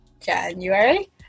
January